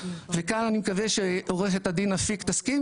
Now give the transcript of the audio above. וכאן אני מקווה שעורכת הדין אפיק תסכים